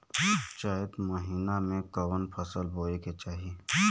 चैत महीना में कवन फशल बोए के चाही?